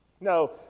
No